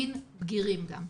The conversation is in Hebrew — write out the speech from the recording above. מין בגירים גם.